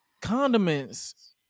condiments